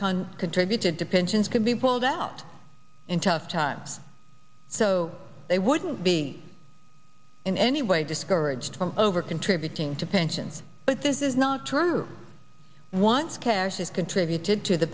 con contributed to pensions could be pulled out in tough times so they wouldn't be in any way discouraged from over contributing to pensions but this is not true once cash is contributed to the